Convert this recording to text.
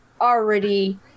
already